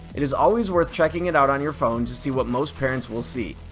it is always worth checking it out on your phone to see what most parents will see,